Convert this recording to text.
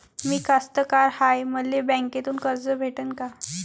मी कास्तकार हाय, मले बँकेतून कर्ज भेटन का?